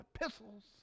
epistles